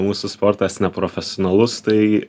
mūsų sportas neprofesionalus tai